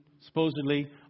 supposedly